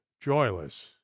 joyless